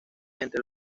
entre